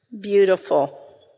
Beautiful